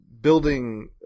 building